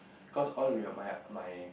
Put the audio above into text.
cause all we're my my